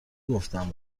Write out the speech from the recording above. گفتم